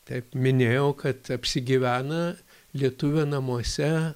taip minėjau kad apsigyvena lietuvio namuose